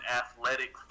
athletic